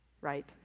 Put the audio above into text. right